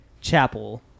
Chapel